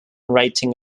writing